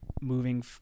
moving